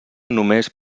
només